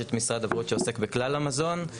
יש את משרד הבריאות שעוסק בכלל המזון,